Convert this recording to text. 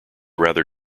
rather